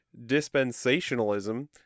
dispensationalism